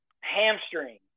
hamstring